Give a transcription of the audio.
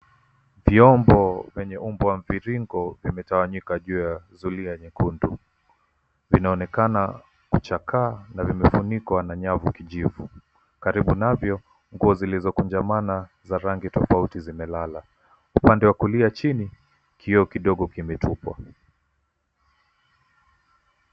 Vyombo vyenye umbo wa mviringo vimetawanyika juu ya zulia nyekundu. Vinaonekana kuchakaa na vimefunikwa na nyavu ya kijivu, karibu navyo nguo zilizokunjamana za rangi tofauti zimelala. Upande wa kulia chini kioo kidogo kimetupwa.